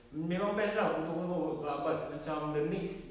memang best lah kotor-kotor ah but macam the next